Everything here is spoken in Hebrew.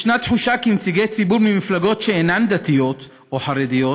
יש תחושה שנציגי ציבור ממפלגות שאינן דתיות או חרדיות